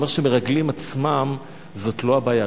הוא אומר שמרגלים עצמם, זאת לא הבעיה.